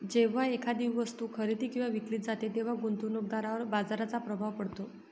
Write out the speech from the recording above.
जेव्हा एखादी वस्तू खरेदी किंवा विकली जाते तेव्हा गुंतवणूकदारावर बाजाराचा प्रभाव पडतो